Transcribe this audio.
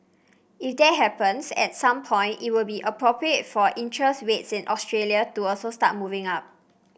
if that happens at some point it will be appropriate for interest rates in Australia to also start moving up